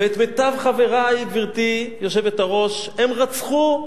את מיטב חברי, גברתי היושבת-ראש, הם רצחו.